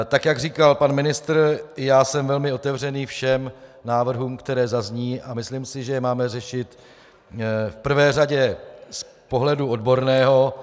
Tak jak říkal pan ministr, i já jsem otevřený všem návrhům, které zazní, a myslím si, že je máme řešit v prvé řadě z pohledu odborného.